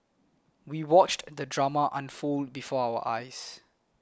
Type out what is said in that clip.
we watched the drama unfold before our eyes